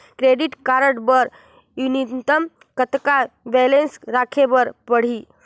Credit card बर न्यूनतम कतका बैलेंस राखे बर पड़ही?